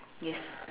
yes